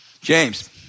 James